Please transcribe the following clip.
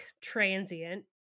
transient